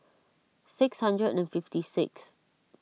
six hundred and fifty sixth